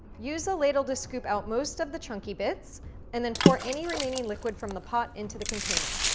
use the ladle to scoop out most of the chunky bits and then pour any remaining liquid from the pot into the container.